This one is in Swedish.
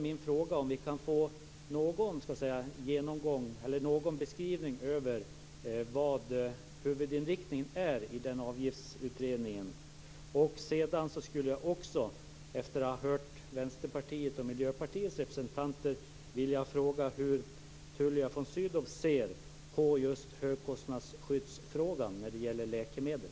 Min fråga är om vi kan få någon beskrivning av vad huvudinriktningen är i denna avgiftsutredning. Efter att ha hört Vänsterpartiets och Miljöpartiets representanter skulle jag också vilja fråga hur Tullia von Sydow ser på just frågan om högkostnadsskydd för läkemedel.